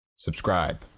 subscribe.